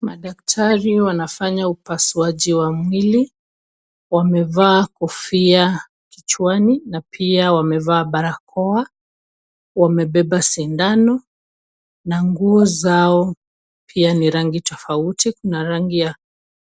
Madaktari wanafanya upasuaji wa mwili. Wamevaa kofia kichwani na pia wamevaa barakoa. Wamebeba sindano na nguo zao pia ni rangi tofauti kuna rangi ya